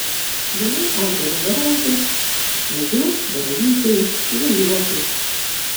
geriau auga voveraitės mažiau baravykai žaliuokės